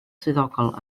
swyddogol